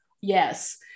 yes